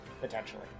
Potentially